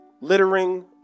Littering